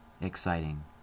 exciting